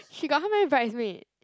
she got how many bridesmaid